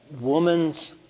woman's